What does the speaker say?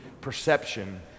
perception